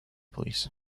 police